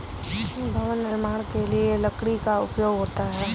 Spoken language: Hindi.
भवन निर्माण के लिए लकड़ी का उपयोग होता है